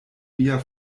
mia